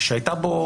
והייתה בו